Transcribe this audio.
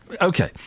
Okay